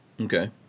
Okay